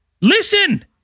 Listen